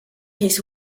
his